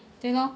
对 lor